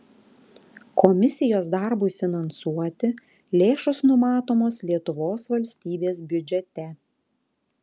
komisijos darbui finansuoti lėšos numatomos lietuvos valstybės biudžete